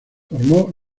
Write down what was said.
formó